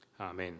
Amen